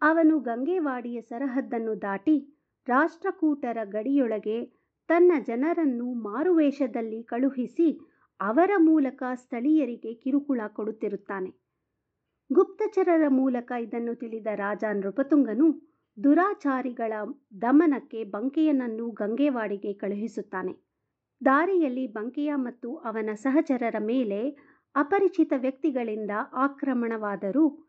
ಅವನು ಗಂಗೆವಾಡಿಯ ಸರಹದ್ದನ್ನು ದಾಟಿ ರಾಷ್ಟ್ರಕೂಟರ ಗಡಿಯೊಳಗೆ ತನ್ನ ಜನರನ್ನು ಮಾರುವೇಷದಲ್ಲಿ ಕಳುಹಿಸಿ ಅವರ ಮೂಲಕ ಸ್ಥಳೀಯರಿಗೆ ಕಿರುಕುಳ ಕೊಡುತ್ತಿರುತ್ತಾನೆ. ಗುಪ್ತಚರರ ಮೂಲಕ ಇದನ್ನು ತಿಳಿದ ರಾಜ ನೃಪತುಂಗನು ದುರಾಚಾರಿಗಳ ದಮನಕ್ಕೆ ಬಂಕೆಯನನ್ನು ಗಂಗೆವಾಡಿಗೆ ಕಳುಹಿಸುತ್ತಾನೆ. ದಾರಿಯಲ್ಲಿ ಬಂಕೆಯ ಮತ್ತು ಅವನ ಸಹಚರರ ಮೇಲೆ ಅಪರಿಚಿತ ವ್ಯಕ್ತಿಗಳಿಂದ ಆಕ್ರಮಣವಾದರೂ